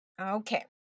Okay